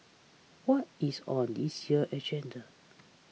what is on this year's agenda